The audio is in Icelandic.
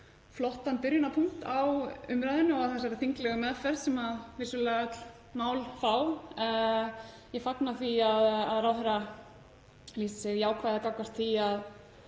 flottan byrjunarpunkt á umræðunni og þessari þinglegu meðferð sem vissulega öll mál fá. Ég fagna því að ráðherra lýsi sig jákvæða gagnvart því að